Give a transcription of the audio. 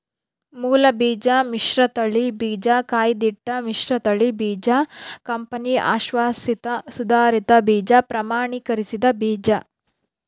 ಮೂಲಬೀಜ ಮಿಶ್ರತಳಿ ಬೀಜ ಕಾಯ್ದಿಟ್ಟ ಮಿಶ್ರತಳಿ ಬೀಜ ಕಂಪನಿ ಅಶ್ವಾಸಿತ ಸುಧಾರಿತ ಬೀಜ ಪ್ರಮಾಣೀಕರಿಸಿದ ಬೀಜ